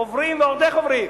עוברים, ועוד איך עוברים.